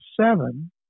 seven